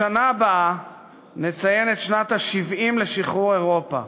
בשנה הבאה נציין את שנת ה-70 לשחרור אירופה.